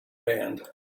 band